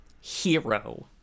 hero